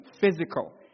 physical